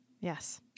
Yes